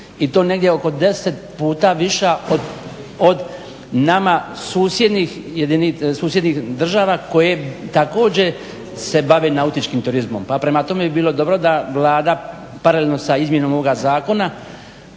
i to negdje oko 10 puta viša od nama susjednih država koje također se bave nautičkim turizmom. Pa prema tome, bi bilo dobro da Vlada paralelno sa izmjenom ovoga Zakona